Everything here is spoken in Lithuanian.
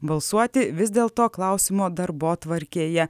balsuoti vis dėl to klausimo darbotvarkėje